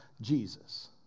Jesus